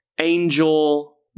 Angel